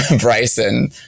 Bryson